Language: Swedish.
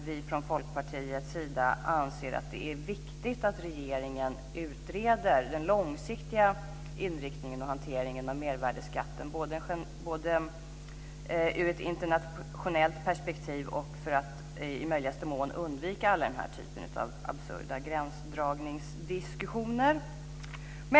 Vi från Folkpartiets sida anser att det är viktigt att regeringen utreder den långsiktiga inriktningen på och hanteringen av mervärdesskatten. Det ska ske i ett internationellt perspektiv och för att i möjligaste mån undvika alla de här typerna av absurda gränsdragningsdiskussioner.